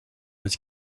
was